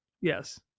Yes